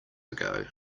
ago